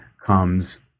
comes